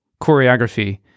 choreography